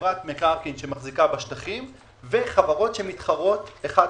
חברת מקרקעין שמחזיקה בשטחים וחברות שמתחרות אחת